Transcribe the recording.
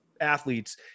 athletes